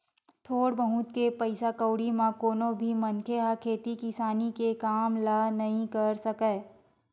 थोर बहुत के पइसा कउड़ी म कोनो भी मनखे ह खेती किसानी के काम ल नइ कर सकय